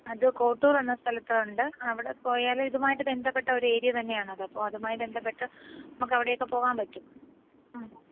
അത് കോട്ടൂർ എന്ന സ്ഥലത്തുണ്ട് അവിടെ പോയാൽ ഇതുമായിട്ട് ബന്ധപ്പെട്ട ഒരേരിയ തന്നെയാണത് അതപ്പോൾ അതുമായി ബന്ധപ്പെട്ട് നമുക്ക് അവിടെയൊക്കെ പോകാൻ പറ്റും